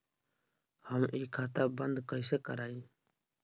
हम इ खाता बंद कइसे करवाई?